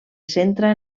centra